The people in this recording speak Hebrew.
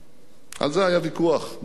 על זה היה ויכוח נוקב ובדין.